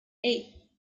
eight